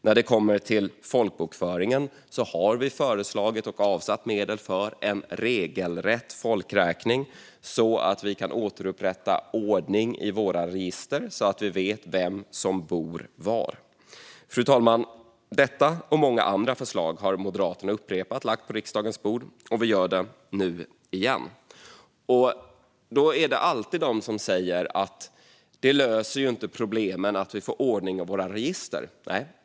När det gäller folkbokföringen har vi föreslagit och avsatt medel för en regelrätt folkräkning, så att man kan återupprätta ordningen i registren och så att man vet vem som bor var. Fru talman! Detta och många andra förslag har Moderaterna upprepat lagt på riksdagens bord, och vi gör det nu igen. Det finns alltid människor som säger att man inte löser problemen genom att få ordning i registren.